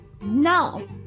No